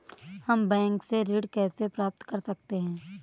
हम बैंक से ऋण कैसे प्राप्त कर सकते हैं?